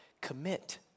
commit